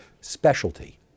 specialty